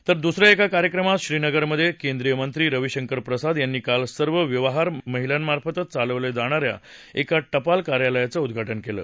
तर दुसऱ्या एका कार्यक्रमात श्रीनगरमध्ये केंद्रीय मंत्री रविशंकर प्रसाद यांनी काल सर्व व्यवहार महिलांमार्फतच चालवले जाणाऱ्या एका टपाल कार्यालयाचं उद्वाटन केलं